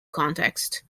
context